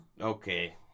Okay